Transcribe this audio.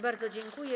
Bardzo dziękuję.